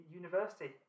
university